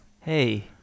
Hey